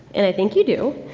and i think you do,